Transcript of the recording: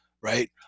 right